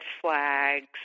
flags